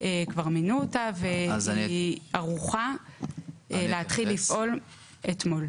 כבר מינו אותה והיא ערוכה להתחיל לפעול אתמול?